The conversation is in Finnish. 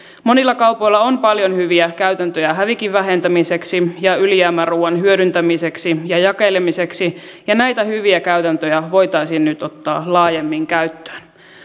monilla kaupoilla on paljon hyviä käytäntöjä hävikin vähentämiseksi ja ylijäämäruuan hyödyntämiseksi ja jakelemiseksi ja näitä hyviä käytäntöjä voitaisiin nyt ottaa laajemmin käyttöön